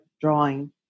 drawing